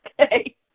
Okay